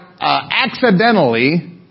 accidentally